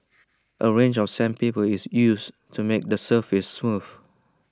A range of sandpaper is used to make the surface smooth